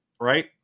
right